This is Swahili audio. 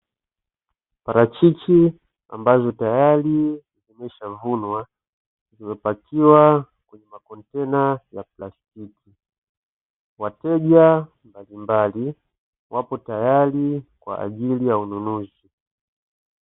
Parachichi ambazo tayari zimeshavunwa zimepakiwa kwenye makontena ya plastiki, wateja mbalimbali wapo tayari kwa ajili ya ununuzi.